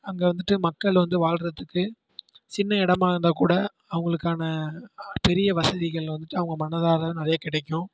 அங்கே வந்துட்டு மக்கள் வந்து வாழ்கிறதுக்கு சின்ன இடமாக இருந்தால் கூட அவங்களுக்கான பெரிய வசதிகள் வந்துட்டு அவங்க மனதார நிறைய கிடைக்கும்